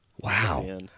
Wow